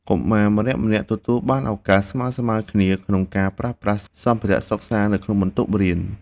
កុមារម្នាក់ៗទទួលបានឱកាសស្មើៗគ្នាក្នុងការប្រើប្រាស់សម្ភារៈសិក្សានៅក្នុងបន្ទប់រៀន។